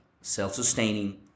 Self-sustaining